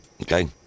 okay